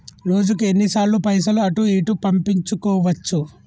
రోజుకు ఎన్ని సార్లు పైసలు అటూ ఇటూ పంపించుకోవచ్చు?